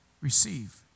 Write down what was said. Receive